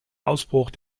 ausbruch